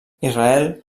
israel